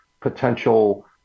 potential